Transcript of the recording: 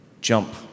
jump